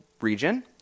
region